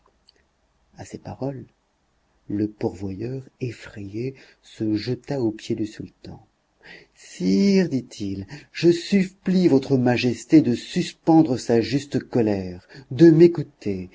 à ces paroles le pourvoyeur effrayé se jeta aux pieds du sultan sire dit-il je supplie votre majesté de suspendre sa juste colère de m'écouter